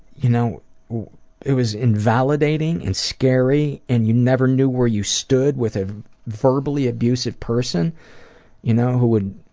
you know it was invalidating and scary and you never knew where you stood with a verbally abusive person you know who would